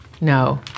no